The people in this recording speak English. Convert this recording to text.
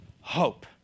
hope